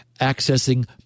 accessing